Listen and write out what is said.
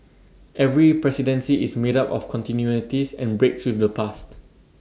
every presidency is made up of continuities and breaks with the past